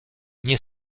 nie